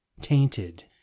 tainted